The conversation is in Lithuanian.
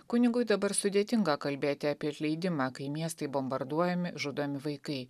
kunigui dabar sudėtinga kalbėti apie atleidimą kai miestai bombarduojami žudomi vaikai